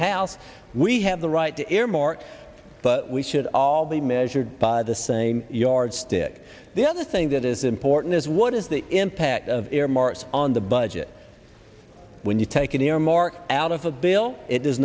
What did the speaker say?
house we have the right to earmarks but we should all be measured by the same yardstick the other thing that is important is what is the impact of earmarks on the budget when you take an earmark out of a bill it does